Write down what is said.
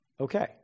okay